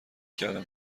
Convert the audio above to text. کردم